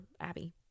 Abby